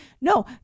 No